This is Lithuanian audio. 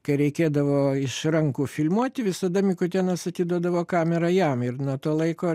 kai reikėdavo iš rankų filmuoti visada mikutėnas atiduodavo kamerą jam ir nuo to laiko